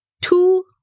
two